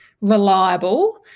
reliable